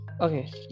okay